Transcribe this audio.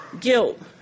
guilt